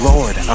Lord